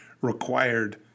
required